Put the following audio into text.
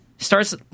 starts